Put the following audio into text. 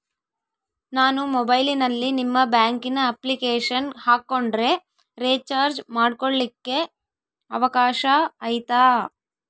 ನಾನು ಮೊಬೈಲಿನಲ್ಲಿ ನಿಮ್ಮ ಬ್ಯಾಂಕಿನ ಅಪ್ಲಿಕೇಶನ್ ಹಾಕೊಂಡ್ರೆ ರೇಚಾರ್ಜ್ ಮಾಡ್ಕೊಳಿಕ್ಕೇ ಅವಕಾಶ ಐತಾ?